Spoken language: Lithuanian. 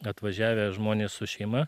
atvažiavę žmonės su šeima